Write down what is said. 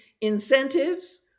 incentives